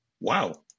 wow